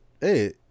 Hey